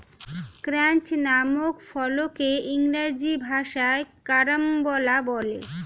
ক্রাঞ্চ নামক ফলকে ইংরেজি ভাষায় কারাম্বলা বলে